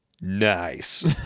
nice